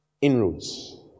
inroads